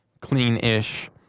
clean-ish